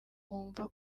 wumva